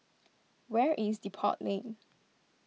where is Depot Lane